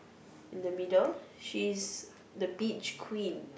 in the middle she's the beach queen